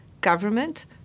government